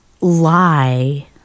lie